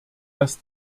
dass